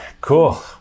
Cool